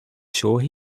sure